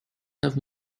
have